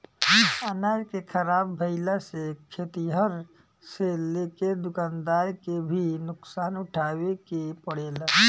अनाज के ख़राब भईला से खेतिहर से लेके दूकानदार के भी नुकसान उठावे के पड़ेला